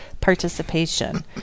participation